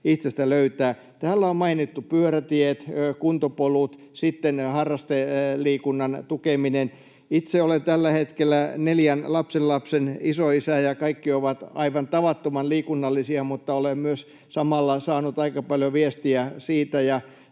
itsestä löytää. Täällä on mainittu pyörätiet, kuntopolut ja sitten harrasteliikunnan tukeminen. Itse olen tällä hetkellä neljän lapsenlapsen isoisä, ja kaikki ovat aivan tavattoman liikunnallisia, mutta olen myös samalla saanut aika paljon viestiä siitä,